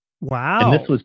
Wow